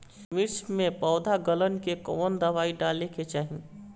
मिर्च मे पौध गलन के कवन दवाई डाले के चाही?